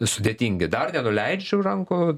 sudėtingi dar nenuleidžiu rankų